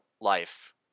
life